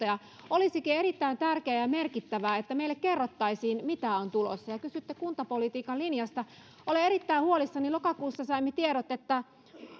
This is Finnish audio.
ja olisikin erittäin tärkeää ja ja merkittävää että meille kerrottaisiin mitä on tulossa kysyitte kuntapolitiikan linjasta olen erittäin huolissani lokakuussa saimme tiedot että